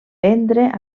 vendre